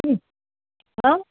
हां